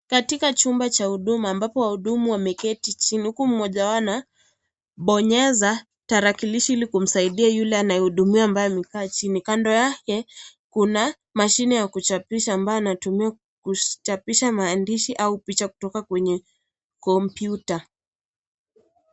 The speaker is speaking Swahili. Katika chumba cha huduma ambapo wahudumu wameketi chini huku mmoja akibonyeza tarakilishi ili kumsaidia yule ambaye amekaa chini, kando yake kuna mashine ya kuchapisha ambayo anatumia kuchapisha maandishi au picha kutoka kwenye kompyuta.